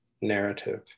narrative